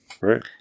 Right